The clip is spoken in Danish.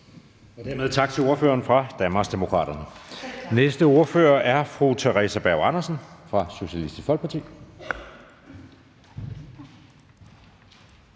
Dermed tak til ordføreren for Danmarksdemokraterne. Næste ordfører er fru Theresa Berg Andersen fra Socialistisk Folkeparti.